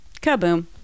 Kaboom